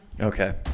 Okay